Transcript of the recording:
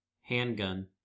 handgun